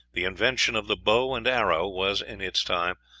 the invention of the bow and arrow was, in its time,